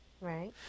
Right